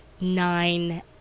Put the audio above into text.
nine